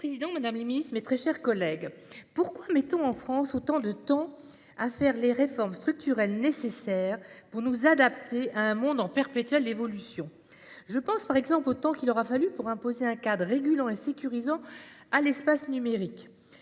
Monsieur le président, madame la ministre, mes chers collègues, pourquoi mettons-nous autant de temps dans notre pays pour réaliser les réformes structurelles nécessaires et nous adapter à un monde en perpétuelle évolution ? Je pense ainsi au temps qu'il aura fallu pour imposer un cadre régulant et sécurisant l'espace numérique.